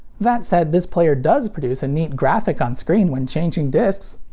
that said, this player does produce a neat graphic on screen when changing discs.